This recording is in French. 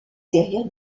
servir